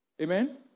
Amen